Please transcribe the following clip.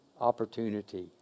opportunity